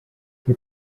que